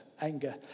anger